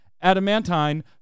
Adamantine